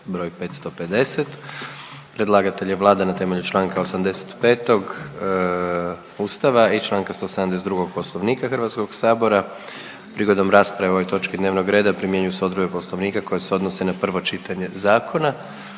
br. 539. Predlagatelj je Vlada na temelju čl. 85. Ustava i čl. 172. Poslovnika HS-a. Prigodom rasprave o ovoj točki dnevnog reda primjenjuju se odredbe Poslovnika koje se odnose na prvo čitanje zakona.